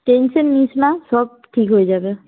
tension নিস না সব ঠিক হয়ে যাবে